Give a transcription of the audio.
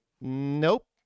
Nope